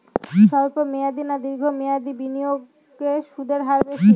স্বল্প মেয়াদী না দীর্ঘ মেয়াদী বিনিয়োগে সুদের হার বেশী?